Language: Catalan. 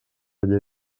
llei